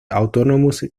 autonomous